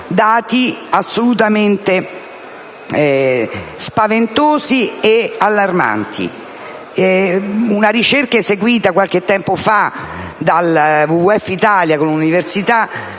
sono assolutamente spaventosi e allarmanti. Una ricerca eseguita qualche tempo fa dal WWF Italia con l'Università